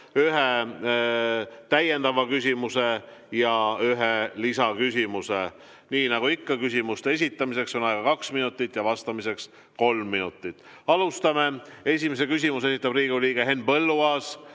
üks täiendav küsimus ja üks lisaküsimus. Nii nagu ikka, küsimuse esitamiseks on aega kaks minutit ja vastamiseks kolm minutit. Alustame. Esimese küsimuse esitab Riigikogu liige Henn Põlluaas.